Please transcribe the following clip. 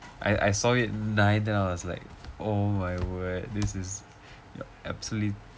I I saw it tonight then I was like oh my word this is obsolete